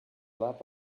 lab